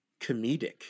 comedic